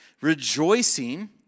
rejoicing